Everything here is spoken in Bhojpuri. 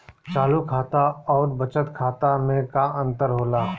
चालू खाता अउर बचत खाता मे का अंतर होला?